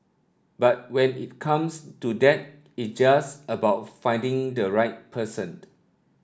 but when it comes to that it just about finding the right person